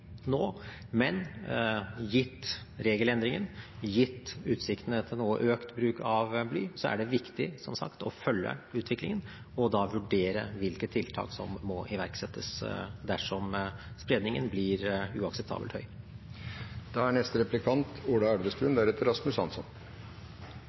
nå, men gitt regelendringen og gitt utsiktene til noe økt bruk av bly, er det viktig, som sagt, å følge utviklingen og da vurdere hvilke tiltak som må iverksettes dersom spredningen bli uakseptabelt høy.